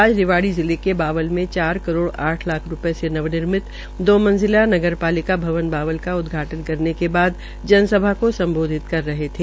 आज रेवाड़ी जिले के बावल में चार करोड़ आठ लाख रूपये से निर्मित दो मंजिला नगरपालिका भवन बावल भवन का उदघाटन करने के बाद जन सभा को सम्बोधित कर रहे थे